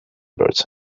birds